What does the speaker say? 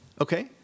okay